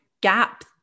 gap